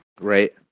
Right